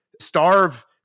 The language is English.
starve